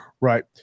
Right